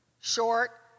Short